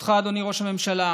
אותך, אדוני ראש הממשלה,